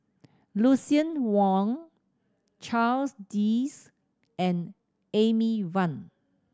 Lucien Wang Charles Dyce and Amy Van